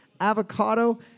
avocado